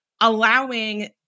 allowing